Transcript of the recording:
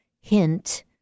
Hint